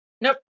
Nope